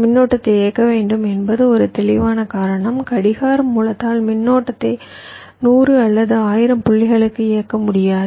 மின்னோட்டத்தை இயக்க வேண்டும் என்பது ஒரு தெளிவான காரணம் கடிகார மூலத்தால் மின்னோட்டத்தை 100 அல்லது 1000 புள்ளிகளுக்கு இயக்க முடியாது